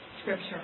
scripture